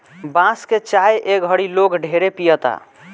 बांस के चाय ए घड़ी लोग ढेरे पियता